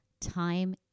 time